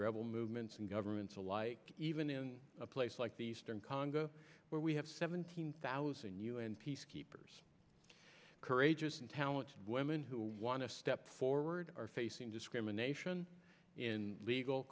rebel movements and governments alike even in a place like the eastern congo where we have seventeen thousand un peacekeepers courageous and talent women who want to step forward are facing discrimination in legal